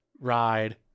ride